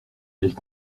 elles